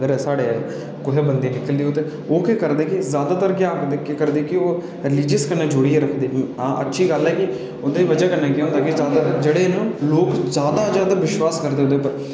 अगर साढ़े कुसै बंदे गी निकली जा ते ओह् केह् करदे कि जादातर केह् आखदेओह् रीलीजन कन्नै जोड़ी ओड़दे अच्छी गल्ल ऐ कि उं'दी बजह कन्नै केह् होंदा की जादै जेह्ड़े न लोक जादा अंधविश्वास करदे उं'दे पर